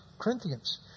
Corinthians